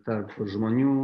tarp žmonių